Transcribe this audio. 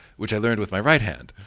which i learned with my right hand.